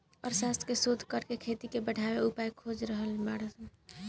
अर्थशास्त्र के शोध करके खेती के बढ़ावे के उपाय खोज रहल बाड़न